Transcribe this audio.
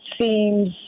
seems